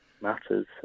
Matters